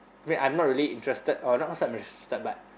mean I'm not really interested or not say I'm not interested but